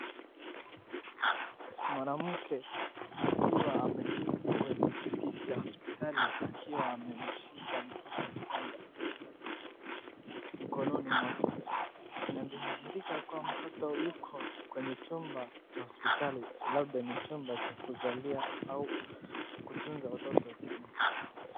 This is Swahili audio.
Mwanamke akiwa ameketi kwenye kiti cha hospitali akiwa amemshika mtoto mchanga mkononi mwake. inadhihirika kuwa mtoto yuko kwenye chumba cha hospitali labda ni chumba cha kuzalia au kutunza watoto wachanga.